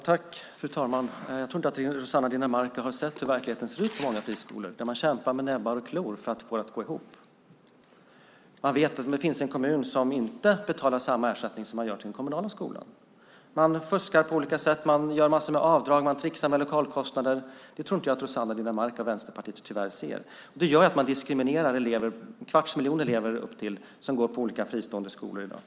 Fru talman! Jag tror inte att Rossana Dinamarca har sett hur verkligheten ser ut på många friskolor, där man kämpar med näbbar och klor för att få det att gå ihop. Man vet hur det är om det finns en kommun som inte betalar samma ersättning som man gör till den kommunala skolan. Man fuskar på olika sätt. Man gör massor med avdrag. Man tricksar med lokalkostnader. Det tror jag tyvärr inte att Rossana Dinamarca och Vänsterpartiet ser. Det gör att man diskriminerar en kvarts miljon elever som går på olika fristående skolor i dag.